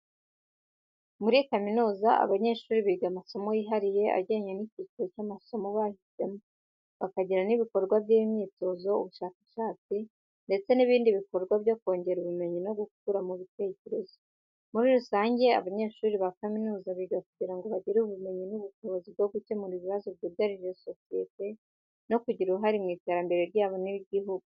Muri kaminuza, abanyeshuri biga amasomo yihariye ajyanye n'icyiciro cy'amasomo bahisemo, bakagira n'ibikorwa by'imyitozo, ubushakashatsi, ndetse n'ibindi bikorwa byo kongera ubumenyi no gukura mu bitekerezo. Muri rusange, abanyeshuri ba kaminuza biga kugira ngo bagire ubumenyi n'ubushobozi bwo gukemura ibibazo byugarije sosiyete no kugira uruhare mu iterambere ryabo n'igihugu.